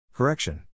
Correction